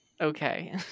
Okay